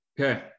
Okay